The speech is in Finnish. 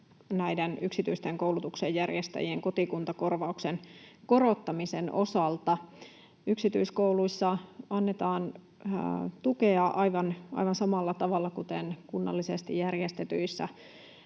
yksityisten koulutuksenjärjestäjien kotikuntakorvauksen korottamisen osalta. Yksityiskouluissa annetaan tukea aivan samalla tavalla kuin kunnallisesti järjestetyissä